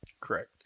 Correct